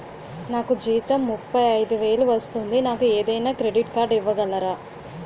నాకు జీతం ముప్పై ఐదు వేలు వస్తుంది నాకు ఏదైనా క్రెడిట్ కార్డ్ ఇవ్వగలరా?